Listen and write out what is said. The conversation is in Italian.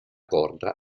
corda